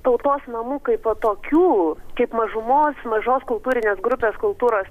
tautos namų kaipo tokių kaip mažumos mažos kultūrinės grupės kultūros